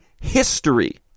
history